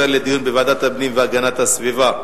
עובר לדיון בוועדת הפנים והגנת הסביבה.